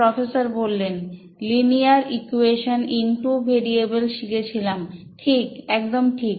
professor linear equation in two variable শিখেছিলাম ঠিক একদম ঠিক